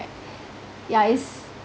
yeah is